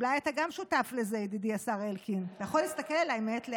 שאי-אפשר להשלים איתה.